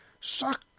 Suck